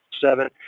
seven